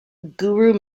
guru